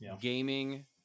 gaming